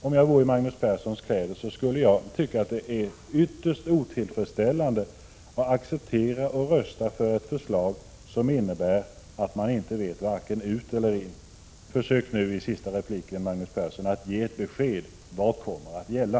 Om jag vore i Magnus Perssons kläder skulle jag tycka det var ytterst otillfredsställande att rösta för ett förslag som innebär att man inte vet vare sig ut eller in. Försök nu i den sista repliken att ge ett besked, Magnus Persson: Vad kommer att gälla?